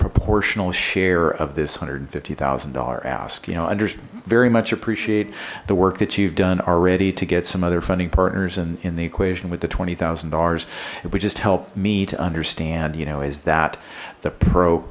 proportional share of this one hundred and fifty thousand dollar ask you know under very much appreciate the work that you've done already to get some other funding partners and in the equation with the twenty thousand dollars it would just help me to understand you know is that the pro